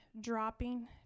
dropping